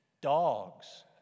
Dogs